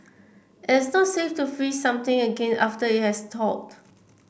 it's not safe to freeze something again after it has thawed